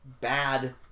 bad